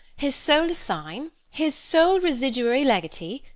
his sole assign, his sole residuary legatee,